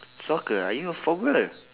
soccer are you a